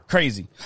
Crazy